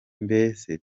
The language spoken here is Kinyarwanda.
mbese